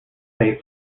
they